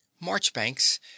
Marchbanks